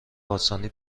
آسانی